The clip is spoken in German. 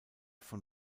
von